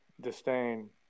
disdain